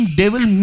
devil